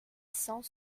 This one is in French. cent